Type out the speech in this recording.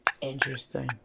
Interesting